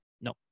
No